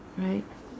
right